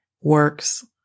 works